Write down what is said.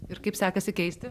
ir kaip sekasi keisti